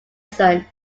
son